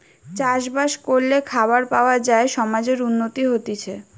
চাষ বাস করলে খাবার পাওয়া যায় সমাজের উন্নতি হতিছে